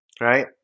right